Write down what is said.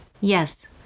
Yes